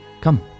come